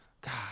God